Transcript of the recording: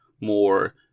more